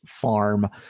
farm